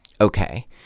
okay